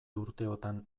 urteotan